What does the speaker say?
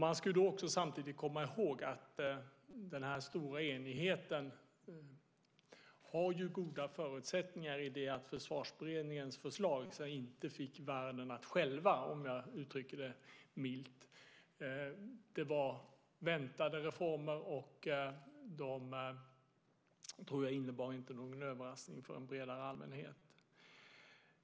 Man ska då samtidigt komma ihåg att den stora enigheten har goda förutsättningar i det att Försvarsberedningens förslag inte fick världen att skälva, om jag uttrycker det milt. Det var väntade reformer. Jag tror inte att de innebar någon överraskning för en bredare allmänhet.